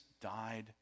died